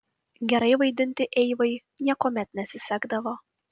gerai vaidinti eivai niekuomet nesisekdavo